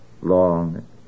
long